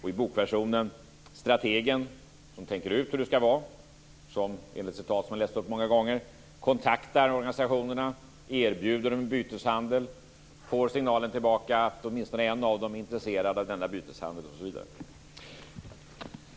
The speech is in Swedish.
I bokversionen beskrivs strategen som tänker ut hur det skall vara, som enligt ett citat som har lästs upp många gånger kontaktar organisationerna, erbjuder dem byteshandel, får signalen tillbaka att åtminstone en av dem är intresserad av denna byteshandel osv.